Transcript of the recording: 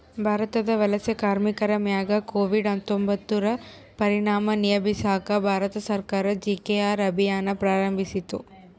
ಭಾರತದ ವಲಸೆ ಕಾರ್ಮಿಕರ ಮ್ಯಾಗ ಕೋವಿಡ್ ಹತ್ತೊಂಬತ್ತುರ ಪರಿಣಾಮ ನಿಭಾಯಿಸಾಕ ಭಾರತ ಸರ್ಕಾರ ಜಿ.ಕೆ.ಆರ್ ಅಭಿಯಾನ್ ಪ್ರಾರಂಭಿಸಿತು